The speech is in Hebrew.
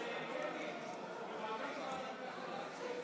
חבר הכנסת פינדרוס, בבקשה.